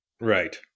Right